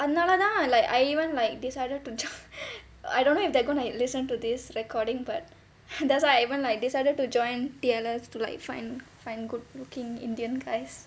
அதனால தான்:athanaala thaan and like I even like decided to j~ I don't know if they're gonna listen to this recording but that's why I even like decided to join T_L_S to like find find good looking indian guys